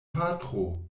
patro